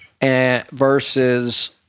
versus